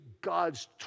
God's